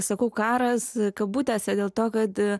sakau karas kabutėse dėl to kad